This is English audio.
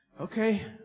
Okay